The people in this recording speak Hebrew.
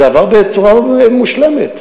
זה עבר בצורה מושלמת,